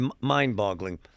mind-boggling